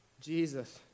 Jesus